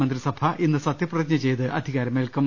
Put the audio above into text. മന്ത്രി സഭ ഇന്ന് സത്യപ്രതിജ്ഞ ചെയ്ത് അധികാരമേൽക്കും